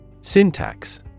Syntax